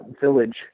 village